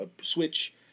switch